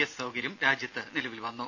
S സൌകര്യം രാജ്യത്ത് നിലവിൽ വന്നു